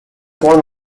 one